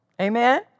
Amen